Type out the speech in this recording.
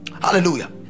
Hallelujah